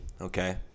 okay